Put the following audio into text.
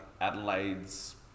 Adelaide's